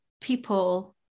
people